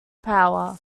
power